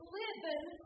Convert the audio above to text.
living